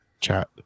chat